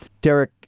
Derek